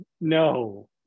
No